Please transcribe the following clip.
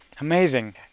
Amazing